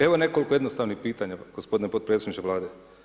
Evo nekoliko jednostavnih pitanja gospodine potpredsjedniče Vlade.